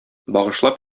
багышлап